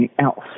else